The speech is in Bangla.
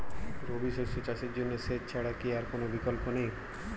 রবি শস্য চাষের জন্য সেচ ছাড়া কি আর কোন বিকল্প নেই?